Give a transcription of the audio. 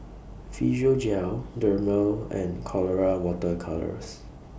Physiogel Dermale and Colora Water Colours